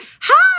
hi